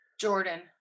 Jordan